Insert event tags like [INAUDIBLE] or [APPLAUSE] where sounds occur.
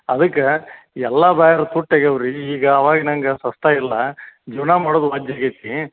ಅದಕ್ಕೆ ಎಲ್ಲಾ [UNINTELLIGIBLE] ಈಗ ಅವಾಗ್ನಂಗ ಸಸ್ತಾ ಇಲ್ಲ ಜೀವನ ಮಾಡೋದು [UNINTELLIGIBLE] ಆಗೈತಿ